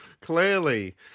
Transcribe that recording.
clearly